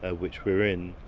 ah which we're in,